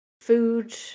food